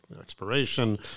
expiration